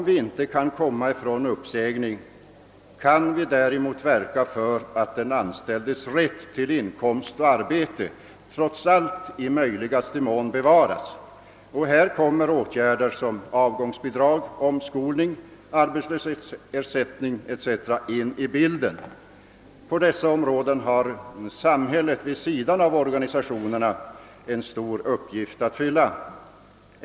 Däremot kan vi verka för att den anställdes rätt till inkomst och arbete i möjligaste mån tillvaratas, och här kommer åtgärder som avgångsvederlag, omskolning, arbetslöshetsersättning etc. in i bilden. På dessa områden har samhället vid sidan av organisationerna en stor uppgift att fylla.